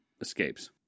escapes